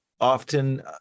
often